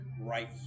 right